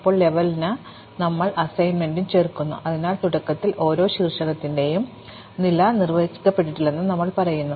ഇപ്പോൾ ലെവലിനായി ഞങ്ങൾ അസൈൻമെന്റും ചേർക്കുന്നു അതിനാൽ തുടക്കത്തിൽ ഓരോ ശീർഷകത്തിന്റെയും നില നിർവചിക്കപ്പെട്ടിട്ടില്ലെന്ന് ഞങ്ങൾ പറയുന്നു